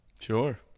Sure